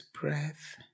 breath